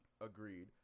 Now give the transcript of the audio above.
agreed